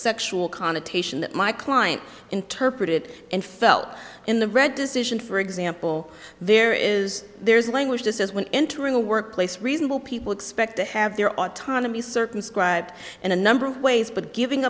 sexual connotation that my client interpreted and felt in the red decision for example there is there's a language that says when entering a workplace reasonable people expect to have their autonomy circumscribed and a number of ways but giving